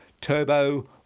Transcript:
Turbo